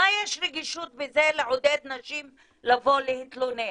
מה יש רגישות בזה לעודד נשים לבוא להתלונן?